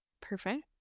Perfect